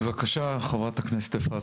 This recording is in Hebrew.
בבקשה, חברת הכנסת אפרת רייטן.